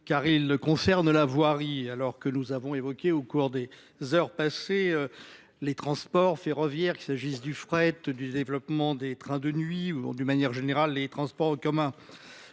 l’ancien monde, mes chers collègues. Nous avons évoqué au cours des heures passées les transports ferroviaires, qu’il s’agisse du fret, du développement des trains de nuit ou, de manière générale, des transports en commun.